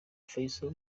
fizzo